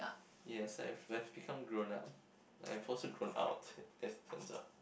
yes I have I have become grown up I've also grown out as it turns out